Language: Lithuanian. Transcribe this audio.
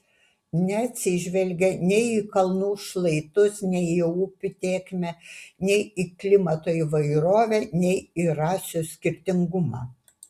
neatsižvelgė nei į kalnų šlaitus nei į upių tėkmę nei į klimato įvairovę nei į rasių skirtingumą